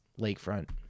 Lakefront